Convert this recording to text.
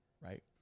right